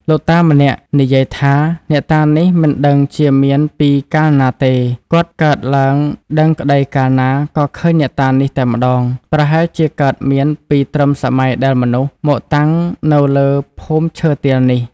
លោកតា ម្នាក់និយាយថា អ្នកតានេះមិនដឹងជាមានពីកាលណាទេ គាត់កើតឡើងដឹងក្តីកាលណា ក៏ឃើញអ្នកតានេះ តែម្តង ប្រហែលជាកើតមានពីត្រឹមសម័យដែលមនុស្ស មកតាំងនៅលើភូមិមឈើទាលនេះ ។